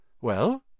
Well